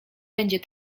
będzie